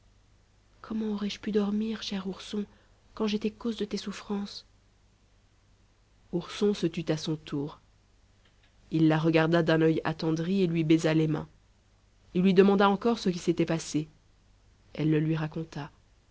comment aurais-je pu dormir cher ourson quand j'étais cause de tes souffrances ourson se tut à son tour il la regarda d'un oeil attendri et lui baisa les mains il lui demanda encore ce qui s'était passé elle le lui raconta